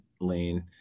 lane